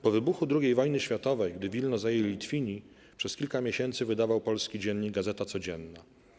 Po wybuchu II wojny światowej, gdy Wilno zajęli Litwini, przez kilka miesięcy wydawał polski dziennik 'Gazeta Codzienna'